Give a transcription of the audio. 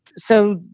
so,